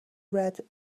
red